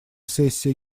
сессия